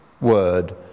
word